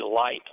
light